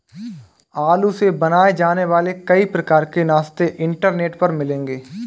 आलू से बनाए जाने वाले कई प्रकार के नाश्ते इंटरनेट पर मिलेंगे